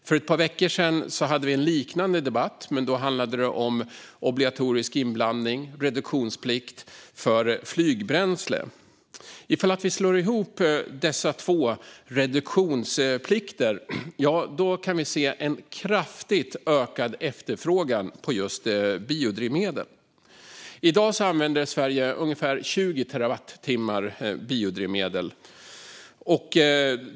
För ett par veckor sedan hade vi en liknande debatt, men då handlade det om obligatorisk inblandning och reduktionsplikt för flygbränsle. Om vi slår ihop dessa två reduktionsplikter kan vi se en kraftigt ökad efterfrågan på just biodrivmedel. I dag använder Sverige ungefär 20 terawattimmar biodrivmedel.